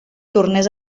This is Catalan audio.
tornés